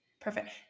Perfect